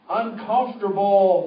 uncomfortable